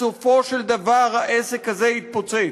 בסופו של דבר העסק הזה יתפוצץ.